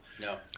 No